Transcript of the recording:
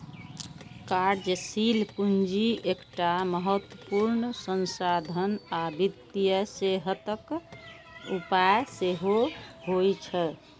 कार्यशील पूंजी एकटा महत्वपूर्ण संसाधन आ वित्तीय सेहतक उपाय सेहो होइ छै